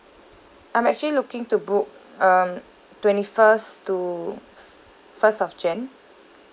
I'm actually looking to book um twenty first to first of jan